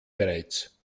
bereits